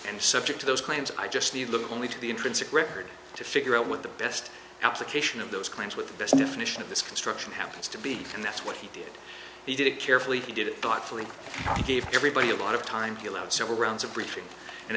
and subject to those claims i just need look only to the intrinsic record to figure out what the best application of those claims with the business mission of this construction happens to be and that's what he did he did it carefully he did it thoughtfully gave everybody a lot of time he allowed several rounds of briefing and